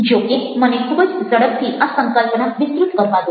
જો કે મને ખૂબ જ ઝડપથી આ સંકલ્પના વિસ્તૃત કરવા દો